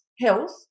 health